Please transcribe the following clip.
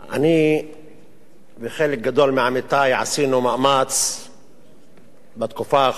אני וחלק גדול מעמיתי עשינו מאמץ בתקופה האחרונה,